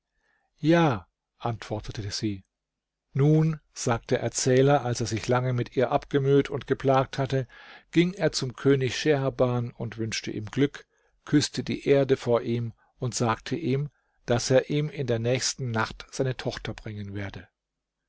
ja antwortete sie nun sagt der erzähler als er sich lange mit ihr abgemüht und geplagt hatte ging er zum könig scheherban und wünschte ihm glück küßte die erde vor ihm und sagte ihm daß er ihm in der nächsten nacht seine tochter bringen werde